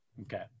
Okay